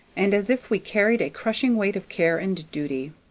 and as if we carried a crushing weight of care and duty.